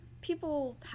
people